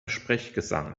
sprechgesang